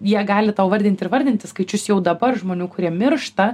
jie gali tau vardinti ir vardinti skaičius jau dabar žmonių kurie miršta